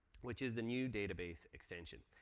which is the new database extension.